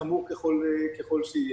חמור ככל שיהיה.